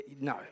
no